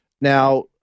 Now